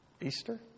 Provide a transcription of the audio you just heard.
Easter